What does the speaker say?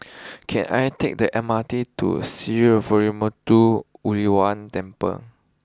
can I take the M R T to Sree Veeramuthu Muneeswaran Temple